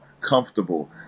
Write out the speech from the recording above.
comfortable